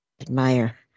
admire